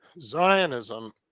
Zionism